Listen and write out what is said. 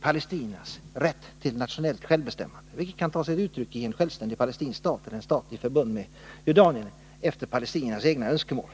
palestiniernas rätt till nationellt självbestämmande, vilket kan ta sig uttryck i en självständig palestinsk stat eller i en stat i förbund med Jordanien efter palestiniernas egna önskemål.